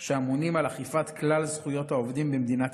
שאמונים על אכיפת כלל זכויות העובדים במדינת ישראל,